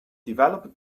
developer